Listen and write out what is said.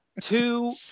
two